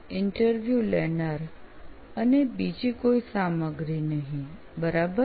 interview લેનાર અને બીજી કોઈ સામગ્રી નહીં બરાબર